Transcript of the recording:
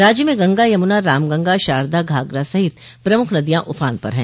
राज्य में गंगा यमुना रामगंगा शारदा घाघरा सहित प्रमुख नदियाँ उफान पर हैं